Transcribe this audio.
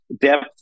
depth